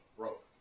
broke